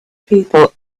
people